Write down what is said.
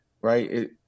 right